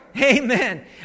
Amen